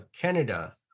Canada